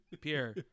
Pierre